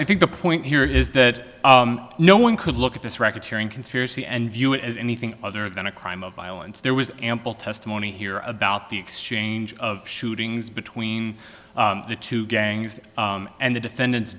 i think the point here is that no one could look at this record hearing conspiracy and view it as anything other than a crime of violence there was ample testimony here about the exchange of shootings between the two gangs and the defendant's